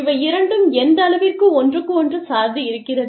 இவை இரண்டும் எந்த அளவிற்கு ஒன்றுக்கொன்று சார்ந்து இருக்கிறது